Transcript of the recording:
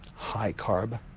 high-carb,